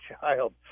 child